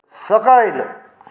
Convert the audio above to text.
सकयल